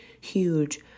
huge